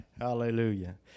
Hallelujah